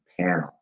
panel